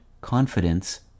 confidence